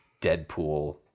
Deadpool